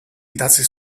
idatzi